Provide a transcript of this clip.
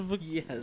Yes